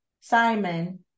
Simon